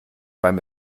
beim